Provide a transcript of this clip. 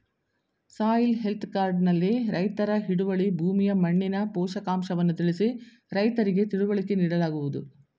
soil health card ನಲ್ಲಿ ರೈತರ ಹಿಡುವಳಿ ಭೂಮಿಯ ಮಣ್ಣಿನ ಪೋಷಕಾಂಶವನ್ನು ತಿಳಿಸಿ ರೈತರಿಗೆ ತಿಳುವಳಿಕೆ ನೀಡಲಾಗುವುದು